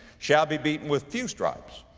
shall be beaten with few stripes.